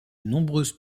nombreuses